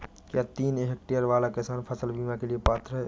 क्या तीन हेक्टेयर वाला किसान फसल बीमा के लिए पात्र हैं?